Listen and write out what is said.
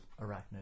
arachnid